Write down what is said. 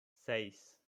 seis